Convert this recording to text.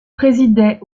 présidait